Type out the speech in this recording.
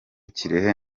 kirehe